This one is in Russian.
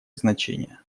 значение